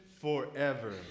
forever